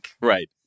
Right